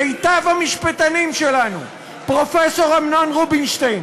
מיטב המשפטנים שלנו: פרופסור אמנון רובינשטיין,